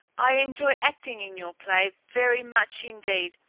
i enjoy acting in your play very much indeed,